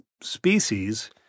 species